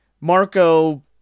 Marco